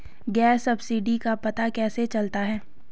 Gas subsidy का पता कैसे चलता है?